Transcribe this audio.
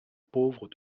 pauvres